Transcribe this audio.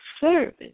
service